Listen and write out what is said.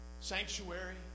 Sanctuary